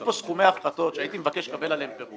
יש פה סכומי הפחתות שהייתי מבקש לקבל עליהם פירוט.